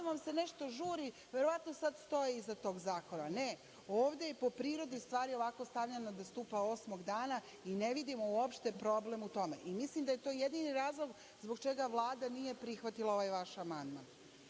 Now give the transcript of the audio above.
vam se nešto žuri, verovatno sad stoji iza tog zakona. Ne, ovde je po prirodi stvari ovako stavljeno da stupa osmog dana i ne vidimo uopšte problem u tome i mislim da je to jedini razlog zbog čega Vlada nije prihvatila ovaj vaš amandman.